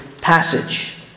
passage